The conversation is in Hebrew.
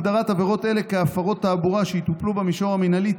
הגדרת עבירות אלה כהפרות תעבורה שיטופלו במישור המינהלי,